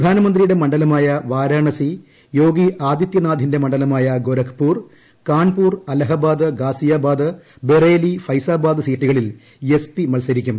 പ്രധാനമന്ത്രിയുടെ മണ്ഡലമായ വാരാണസി യോഗി ആദിതൃ നാഥിന്റെ മണ്ഡലമായ ഗോരഖ്പൂർ കാൺപൂർ അലഹബാദ് ഗാസിയാ ബാദ് ബറേലി അഫൈസാബാദ് സീറ്റുകളിൽ എസ് പി മത്സരിക്കും